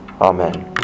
Amen